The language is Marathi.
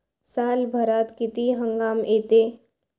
सालभरात किती हंगाम येते?